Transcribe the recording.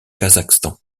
kazakhstan